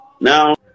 now